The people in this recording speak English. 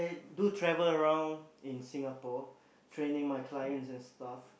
do travel around Singapore training my clients and stuff